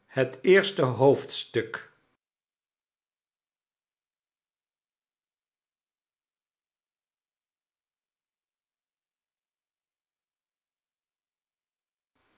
het eerste het